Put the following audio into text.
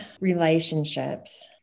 relationships